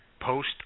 Post